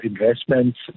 investments